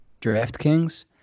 DraftKings